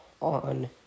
on